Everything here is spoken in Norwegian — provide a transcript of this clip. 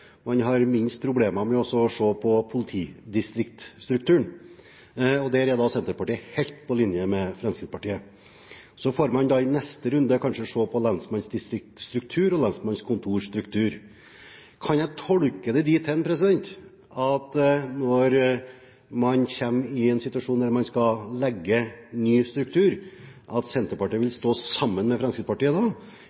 man har færrest problemer med å se på politidistriktsstrukturen. Der er Senterpartiet helt på linje med Fremskrittspartiet. Så får man i neste runde kanskje se på lensmannsdistriktsstruktur og lensmannskontorstruktur. Kan jeg tolke det dit hen at Senterpartiet, når man kommer i en situasjon der man skal legge ny struktur, vil stå sammen med Fremskrittspartiet om at